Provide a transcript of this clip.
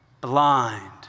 blind